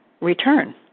return